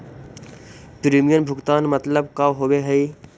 Premium भुगतान मतलब का होव हइ?